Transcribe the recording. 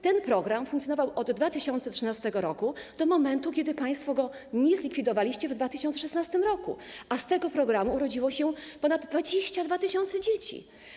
Ten program funkcjonował od 2013 r., do momentu kiedy państwo go nie zlikwidowaliście w 2016 r., a dzięki temu programowi urodziło się ponad 22 tys. dzieci.